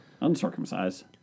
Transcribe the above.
uncircumcised